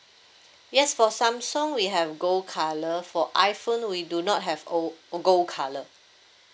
yes for samsung we have gold colour for iphone we do not have o~ gold colour